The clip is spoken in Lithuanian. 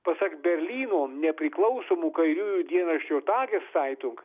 pasak berlyno nepriklausomų kairiųjų dienraščio tageszeitung